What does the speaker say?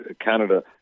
Canada